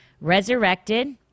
Resurrected